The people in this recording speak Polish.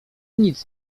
nic